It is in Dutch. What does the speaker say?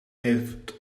heeft